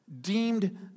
deemed